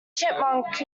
chipmunk